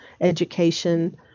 education